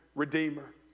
Redeemer